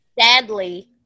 Sadly